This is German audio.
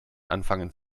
anfangen